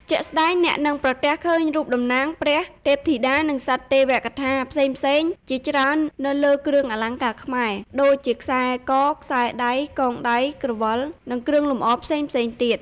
ជាក់ស្ដែង អ្នកនឹងប្រទះឃើញរូបតំណាងព្រះ ទេពធីតា និងសត្វទេវកថាផ្សេងៗជាច្រើននៅលើគ្រឿងអលង្ការខ្មែរ ដូចជាខ្សែក ខ្សែដៃ កងដៃ ក្រវិល និងគ្រឿងលម្អផ្សេងៗទៀត។